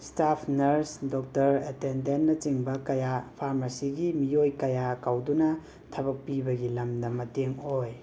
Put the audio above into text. staff nurse doctor ꯑꯇꯦꯟꯗꯦꯟꯅꯆꯤꯡꯕ ꯀꯌꯥ ꯐꯥꯔꯃꯁꯤꯒꯤ ꯃꯤꯌꯣꯏ ꯀꯌꯥ ꯀꯧꯗꯨꯅꯥ ꯊꯕꯛ ꯄꯤꯕꯒꯤ ꯂꯝꯗ ꯃꯇꯦꯡ ꯑꯣꯏ